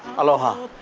aloha.